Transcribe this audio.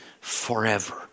forever